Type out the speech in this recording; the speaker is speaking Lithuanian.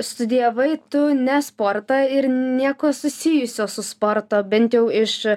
studijavai tu ne sportą ir nieko susijusio su sportu bent jau iš